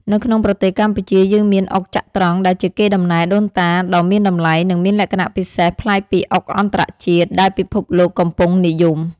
នៅក្នុងប្រទេសកម្ពុជាយើងមានអុកចត្រង្គដែលជាកេរដំណែលដូនតាដ៏មានតម្លៃនិងមានលក្ខណៈពិសេសប្លែកពីអុកអន្តរជាតិដែលពិភពលោកកំពុងនិយម។